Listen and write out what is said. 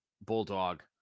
bulldog